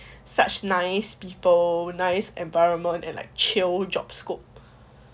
such nice people nice environment in like chill job scope